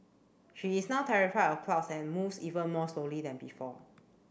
she is now terrified of crowds and moves even more slowly than before